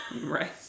Right